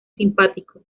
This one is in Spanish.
simpático